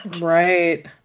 right